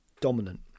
dominant